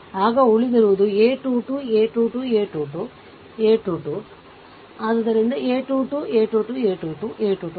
ಆಗ ಉಳಿದಿರುವುದು a 2 2 a 2 2 a 2 2 a 2 2 so a 2 2 a 2 2 a 2 2 a 2 2